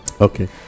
Okay